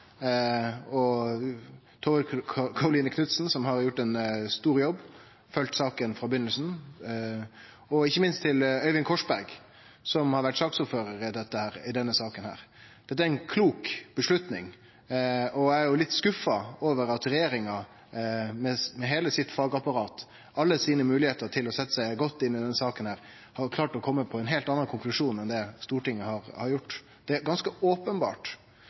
og Tove Karoline Knutsen som har gjort ein stor jobb og følgt saka frå begynninga, og ikkje minst til Øyvind Korsberg som har vore ordførar for denne saka. Dette er ei klok avgjerd. Eg er skuffa over at regjeringa med heile sitt fagapparat, alle sine moglegheiter til å setje seg godt inn i denne saka, har klart å kome til ein heilt annan konklusjon enn Stortinget har gjort. Det er ganske openbert.